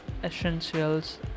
essentials